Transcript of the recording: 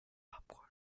popcorn